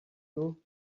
you